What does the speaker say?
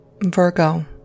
Virgo